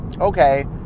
okay